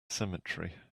cemetery